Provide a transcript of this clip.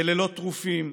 בלילות טרופים,